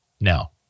Now